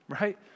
right